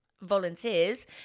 volunteers